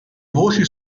voci